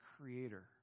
creator